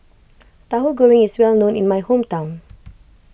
Tauhu Goreng is well known in my hometown